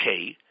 okay